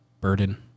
Burden